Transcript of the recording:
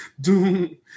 doom